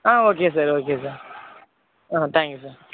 ah okay sir okay sir ah thank you sir